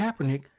Kaepernick